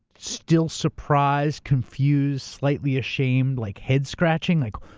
still surprised, confused, slightly ashamed, like head scratching like,